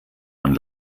man